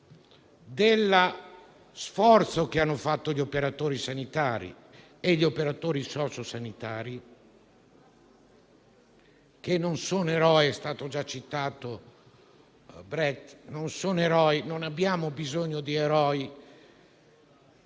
dello sforzo che hanno fatto gli operatori sanitari e socio-sanitari, che non sono eroi: è stato già citato Brecht e non abbiamo bisogno di eroi.